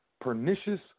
pernicious